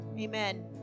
Amen